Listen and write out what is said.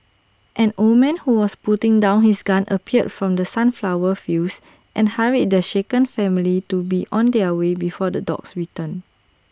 an old man who was putting down his gun appeared from the sunflower fields and hurried the shaken family to be on their way before the dogs return